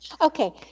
Okay